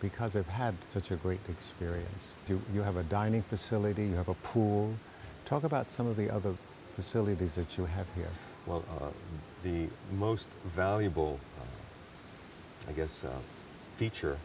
because they've had such a great experience do you have a dining facility have a pool talk about some of the other facilities are to have here the most valuable i guess feature